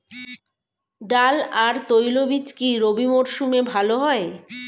ডাল আর তৈলবীজ কি রবি মরশুমে ভালো হয়?